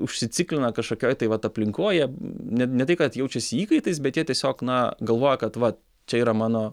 užsiciklina kažkokioj tai vat aplinkoj jie ne ne tai kad jaučiasi įkaitais bet jie tiesiog na galvoja kad va čia yra mano